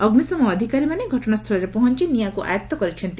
ଅଗ୍ନିଶମ ଅଧିକାରୀମାନେ ଘଟଣାସ୍ଥଳରେ ପହଞ୍ଚି ନିଆଁକୁ ଆୟତ୍ତ କରିଛନ୍ତି